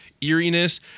eeriness